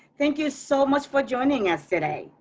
thank you so much for joining us today.